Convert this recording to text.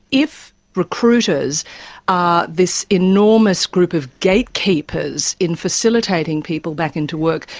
if recruiters are this enormous group of gatekeepers in facilitating people back into work,